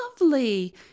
lovely